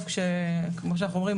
כמו שאומרים,